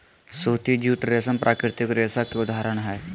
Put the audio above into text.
सूती, जूट, रेशम प्राकृतिक रेशा के उदाहरण हय